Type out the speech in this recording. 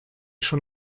schon